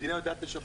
המדינה יודעת לשפות.